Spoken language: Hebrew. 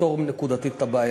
נפתור נקודתית את הבעיה.